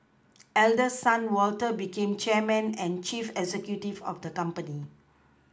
Eldest son Walter became chairman and chief executive of the company